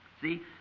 See